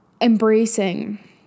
embracing